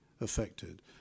affected